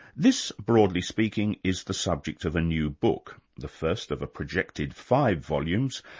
this, broadly speaking, is the subject of a new book, the first of a projected five volumes,